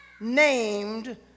named